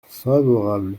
favorable